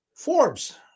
Forbes